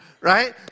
right